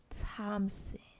thompson